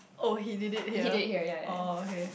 oh he did it here oh okay